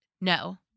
no